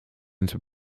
into